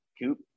Coop